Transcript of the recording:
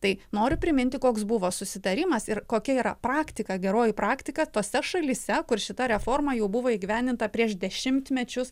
tai noriu priminti koks buvo susitarimas ir kokia yra praktika geroji praktika tose šalyse kur šita reforma jau buvo įgyvendinta prieš dešimtmečius